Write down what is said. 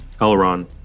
Elrond